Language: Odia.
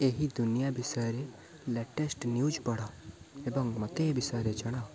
ଏହି ଦୁନିଆ ବିଷୟରେ ଲେଟେଷ୍ଟ୍ ନ୍ୟୁଜ୍ ପଢ଼ ଏବଂ ମୋତେ ଏ ବିଷୟରେ ଜଣାଅ